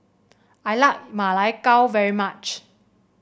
I like Ma Lai Gao very much